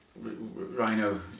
Rhino